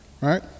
right